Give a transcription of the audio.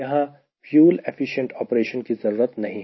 यहां fuel efficient operation की जरूरत नहीं है